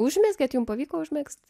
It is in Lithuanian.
užmezgėte jums pavyko užmegzti